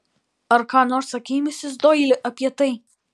ar ką nors sakei misis doili apie tai